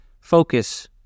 focus